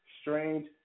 strange